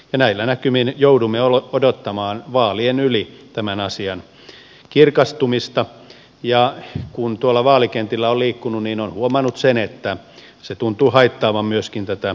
näillä näkymin joudumme odottamaan vaalien yli tämän asian kirkastumista ja kun tuolla vaalikentillä on liikkunut on huomannut sen että se tuntuu haittaavan myöskin tätä kuntavaalityötä